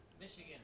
Michigan